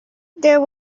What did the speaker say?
there